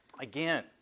Again